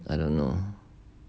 I don't know